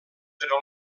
però